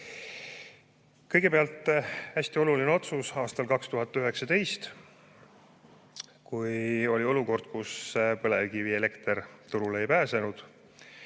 Kõigepealt, hästi oluline otsus [tehti] aastal 2019, kui oli olukord, kus põlevkivielekter turule ei pääsenud